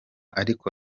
ariko